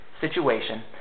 situation